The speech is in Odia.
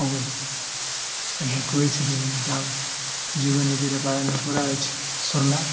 ହ ହେଲେ କହିଛିି ଦେଖନ ତା ଯୁବନୀତିରେ ପାଳନ କରାଯାଉଛି ସରିଲା